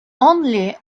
only